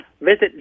Visit